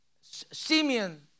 Simeon